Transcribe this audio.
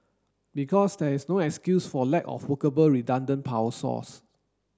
because there is no excuse for lack of workable redundant power source